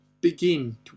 begin